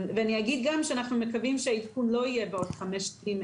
ואני אגיד גם שאנחנו מקווים שהעדכון לא יהיה בעוד חמש שנים,